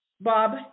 Bob